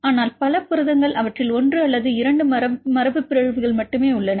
ஆனால் பல புரதங்கள் அவற்றில் 1 அல்லது 2 மரபுபிறழ்வுகள் மட்டுமே உள்ளனர்